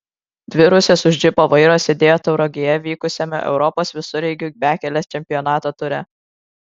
dvi rusės už džipo vairo sėdėjo tauragėje vykusiame europos visureigių bekelės čempionato ture